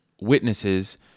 witnesses